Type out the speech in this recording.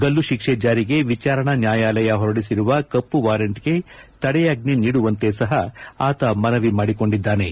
ಗಲ್ಲು ಶಿಕ್ಷೆ ಜಾರಿಗೆ ವಿಚಾರಣಾ ನ್ನಾಯಾಲಯ ಹೊರಡಿಸಿರುವ ಕಮ್ನ ವಾರೆಂಟ್ಗೆ ತಡೆಯಾಜ್ಷೆ ನೀಡುವಂತೆ ಸಹ ಆತ ಮನವಿ ಮಾಡಿಕೊಂಡಿದ್ದಾನೆ